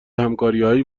همکاریهایی